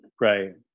Right